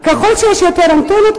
ככל שיש יותר אנטנות,